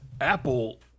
Apple